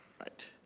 right,